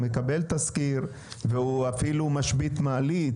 הוא מקבל תזכיר והוא אפילו משבית מעלית